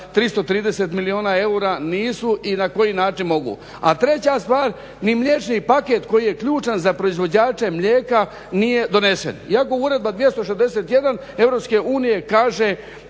330 milijuna eura. Nisu i na koji način mogu? A treća stvar, ni mliječni paket koji je ključan za proizvođače mlijeka nije donesen. Iako Uredba 261 EU kaže